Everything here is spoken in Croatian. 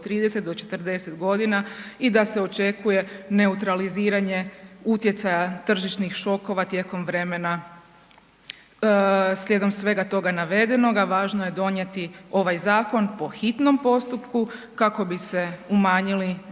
30 do 40 godina i da se očekuje neutraliziranje utjecaja tržišnih šokova tijekom vremena. Slijedom svega toga navedenoga, važno je donijeti ovaj zakon po hitnom postupku kako bi se umanjili